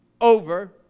Over